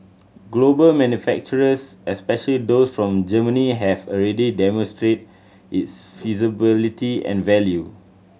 global manufacturers especially those from Germany have already demonstrated its feasibility and value